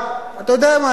אני אגיד לך דבר אחד: